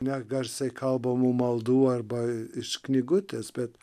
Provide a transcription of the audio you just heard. ne garsiai kalbamų maldų arba iš knygutės bet